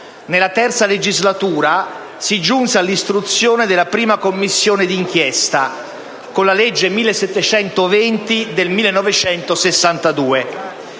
Nella III legislatura si giunse all'istituzione della prima Commissione d'inchiesta, con la legge n. 1720 del 1962.